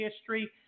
history